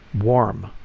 Warm